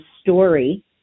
story